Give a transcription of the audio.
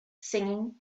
singing